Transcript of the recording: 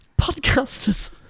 podcasters